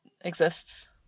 exists